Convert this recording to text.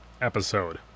episode